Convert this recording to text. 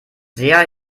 sehr